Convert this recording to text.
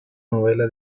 novela